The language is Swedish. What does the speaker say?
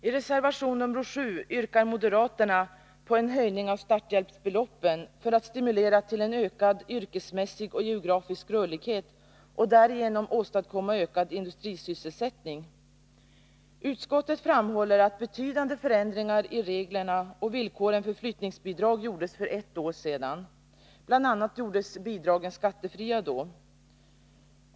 I reservation 7 yrkar moderaterna på en höjning av starthjälpsbeloppen för att stimulera till en ökad yrkesmässig och geografisk rörlighet och därigenom åstadkomma ökad industrisysselsättning. Utskottet framhåller att betydande förändringar i reglerna och villkoren för flyttningsbidrag gjordes för ett år sedan. Bl. a. gjordes bidragen då skattefria.